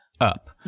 up